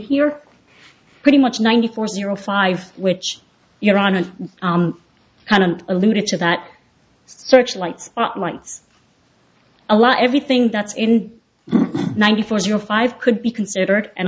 here pretty much ninety four zero five which you're on a kind of alluded to that search lights up months a lot everything that's in ninety four zero five could be considered an